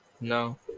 no